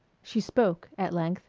she spoke, at length